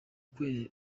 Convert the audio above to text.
kwezi